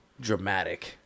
Dramatic